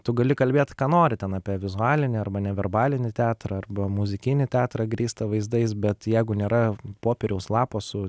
tu gali kalbėt ką nori ten apie vizualinį arba neverbalinį teatrą arba muzikinį teatrą grįstą vaizdais bet jeigu nėra popieriaus lapo su